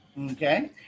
Okay